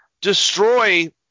destroy